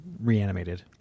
reanimated